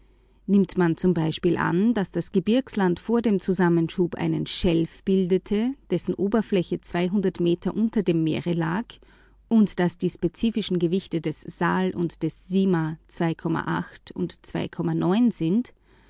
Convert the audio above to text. nimmt man z b an daß das gebirgsland vor dem zusammenschub einen schelf bildete dessen oberfläche meter unter dem meere lag und daß die spezifischen gewichte des sials und des simon und sind